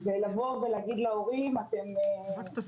זה לבוא ולהגיד להורים תתמודדו.